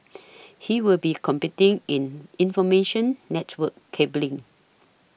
he will be competing in information network cabling